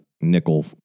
nickel